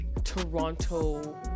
toronto